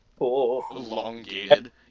Elongated